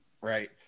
right